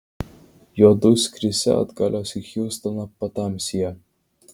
juodu skrisią atgalios į hjustoną patamsyje